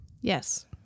Yes